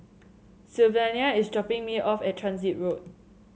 Sylvania is dropping me off at Transit Road